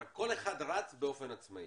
רק כל אחד רץ באופן עצמאי,